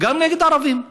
גם נגד ערבים.